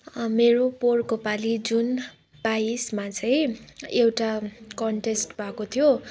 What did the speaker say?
मेरो पोहोरको पालि जुन बाइसमा चाहिँ एउटा कन्टेस्ट भएको थियो